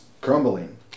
crumbling